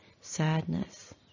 sadness